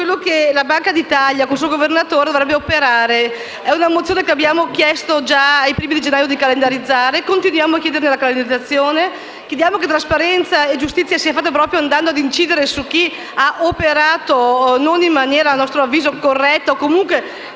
Banca d’Italia e il suo Governatore dovrebbero operare. Si tratta di una mozione che abbiamo chiesto già ai primi di gennaio di calendarizzare e di cui continuiamo a chiedere la calendarizzazione. Chiediamo che trasparenza e giustizia siano fatte proprio andando ad incidere su chi ha operato in maniera a nostro avviso non corretta e comunque,